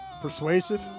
Persuasive